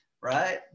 right